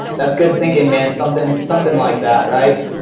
that's good thinking man, something something like that right.